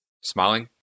Smiling